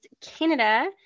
Canada